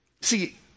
See